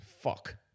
fuck